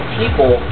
people